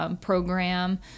program